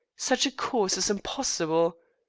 such a course is impossible.